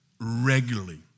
regularly